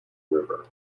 river